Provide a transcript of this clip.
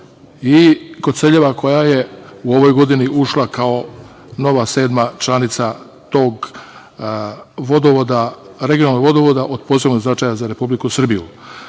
i Koceljeva, koja je u ovoj godini ušla kao nova sedma članica tog regionalnog vodovoda od posebnog značaja za Republiku Srbiju. Naravno